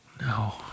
No